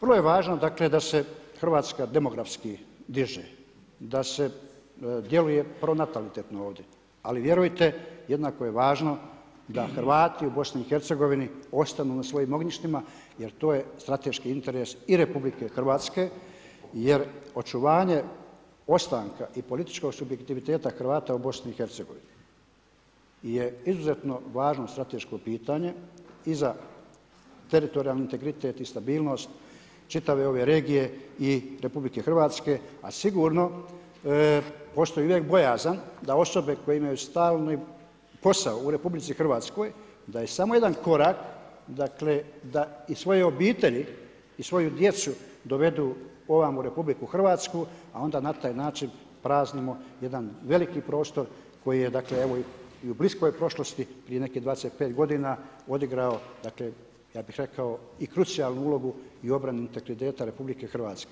Vrlo je važno dakle da se Hrvatska demografski diže, da se djeluje pronatalitetno ovdje ali vjerujte jednako je važno da Hrvati u BiH ostanu na svojim ognjištima jer to je strateški interes i RH jer očuvanje ostanka i političkog subjektiviteta Hrvata u BiH-a je izuzetno važno strateško pitanje i za teritorijalni integritet i stabilnost čitave ove regije i RH a sigurno postoji uvijek bojazan da osobe koje imaju stalni posao u RH da je samo jedan korak dakle da i svoje obitelji i svoju djecu dovedu ovamo u RH a onda na taj način praznimo jedan veliki prostor, koji je dakle evo i u bliskoj prošlosti prije nekih 25 godina odigrao, dakle ja bih rekao i krucijalnu ulogu i obranu integriteta RH.